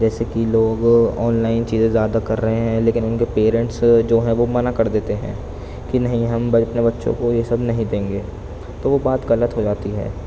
جیسے کہ لوگ آن لائن چیزیں زیادہ کر رہے ہیں لیکن ان کے پیرنٹس جو ہیں وہ منع کر دیتے ہیں کہ نہیں ہم اپنے بچّوں کو یہ سب نہیں دیں گے تو وہ بات غلط ہو جاتی ہے